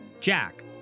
Jack